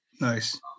Nice